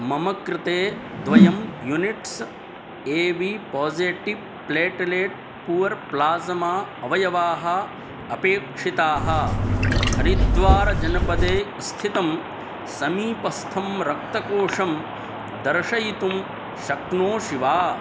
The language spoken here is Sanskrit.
मम कृते द्वयं units A B positive platelet poor plasma अवयवाः अपेक्षिताः हरिद्वार् जनपदे स्थितं समीपस्थं रक्तकोषं दर्शयितुं शक्नोषि वा